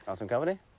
ah some company?